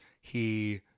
He-